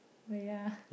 wait ah